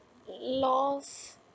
lost